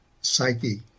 psyche